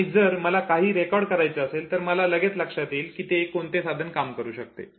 आणि जर मला काहीही रेकॉर्ड करायचे असेल तर मला लगेच लक्षात येते की कोणते साधन हे काम करू शकेल